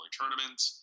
tournaments